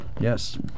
Yes